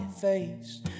face